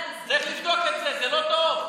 צריך לבדוק את זה, זה לא טוב.